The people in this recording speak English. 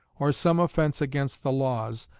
or some offense against the laws,